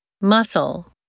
Muscle